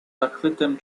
zachwytem